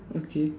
okay